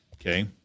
Okay